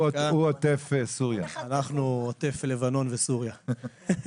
אנחנו עוטף לבנון וסוריה,